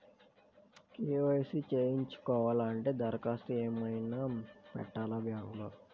KYC చేయించుకోవాలి అంటే దరఖాస్తు ఏమయినా పెట్టాలా బ్యాంకులో?